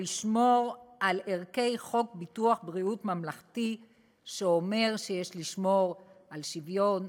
לשמור על ערכי חוק ביטוח בריאות ממלכתי שאומר שיש לשמור על שוויון,